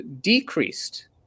decreased